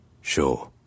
Sure